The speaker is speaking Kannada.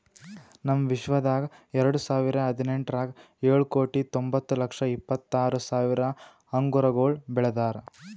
ನಮ್ ವಿಶ್ವದಾಗ್ ಎರಡು ಸಾವಿರ ಹದಿನೆಂಟರಾಗ್ ಏಳು ಕೋಟಿ ತೊಂಬತ್ತು ಲಕ್ಷ ಇಪ್ಪತ್ತು ಆರು ಸಾವಿರ ಅಂಗುರಗೊಳ್ ಬೆಳದಾರ್